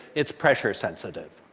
it's pressure sensitive.